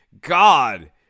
God